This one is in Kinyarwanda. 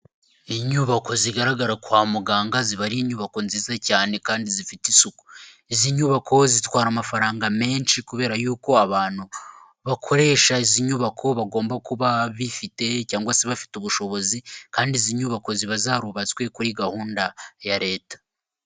Inyubako zigaragara kwa muganga, ziba ari inyubako nziza cyane kandi zifite isuku, izi nyubako zitwara amafaranga menshi kubera yuko abantu bakoresha izi nyubako bagomba kuba bifite cyangwa se bafite ubushobozi, kandi izi nyubako ziba zarubatswe kuri gahunda ya leta.